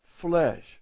flesh